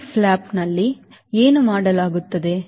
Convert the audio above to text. split ಫ್ಲಾಪ್ನಲ್ಲಿ ಏನು ಮಾಡಲಾಗುತ್ತದೆ